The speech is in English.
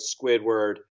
Squidward